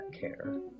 care